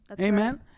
amen